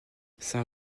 saint